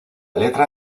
letra